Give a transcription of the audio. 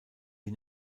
die